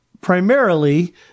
primarily